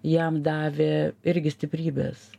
jam davė irgi stiprybės